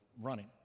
running